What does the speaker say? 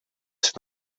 c’est